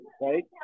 right